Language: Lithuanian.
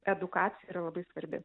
edukacija yra labai svarbi